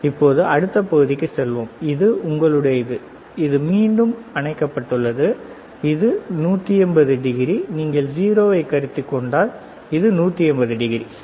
இப்போது அடுத்த பகுதிக்குச் செல்வோம் இது உங்களுடையது இது மீண்டும் அணைக்கபட்டுள்ளது இது 180o நீங்கள் 0 ஐக் கருத்தில் கொண்டால் அது 180 சரி